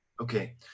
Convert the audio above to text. Okay